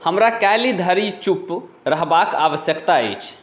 हमरा काल्हि धरि चुप रहबाक आवश्यकता अछि